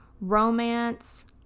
romance